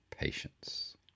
patience